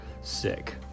sick